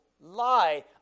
lie